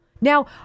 Now